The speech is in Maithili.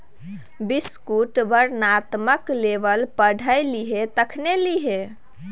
बिस्कुटक वर्णनात्मक लेबल पढ़ि लिहें तखने लिहें